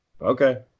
Okay